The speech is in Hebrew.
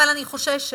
אבל אני חוששת